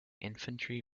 infantry